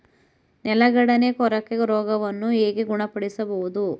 ನೆಲಗಡಲೆ ಕೊರಕ ರೋಗವನ್ನು ಹೇಗೆ ಗುಣಪಡಿಸಬಹುದು?